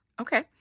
okay